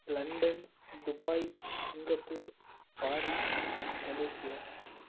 London Dubai Singapore Paris Malaysia